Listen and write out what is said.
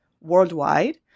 worldwide